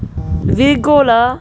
virgo lah